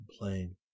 complain